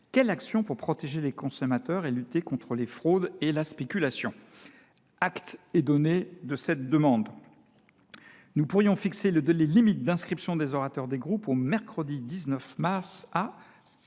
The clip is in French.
quelles actions pour protéger les consommateurs et lutter contre les fraudes et la spéculation ?». Acte est donné de cette demande. Nous pourrions fixer le délai limite d’inscription des orateurs des groupes au mercredi 19 mars à